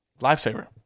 Lifesaver